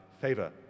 favour